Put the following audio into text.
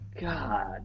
God